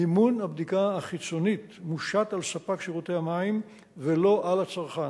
מימון הבדיקה החיצונית מושת על ספק שירותי המים ולא על הצרכן.